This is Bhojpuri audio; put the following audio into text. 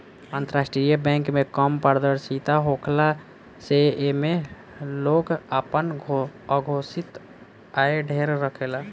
अंतरराष्ट्रीय बैंक में कम पारदर्शिता होखला से एमे लोग आपन अघोषित आय ढेर रखेला